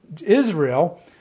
Israel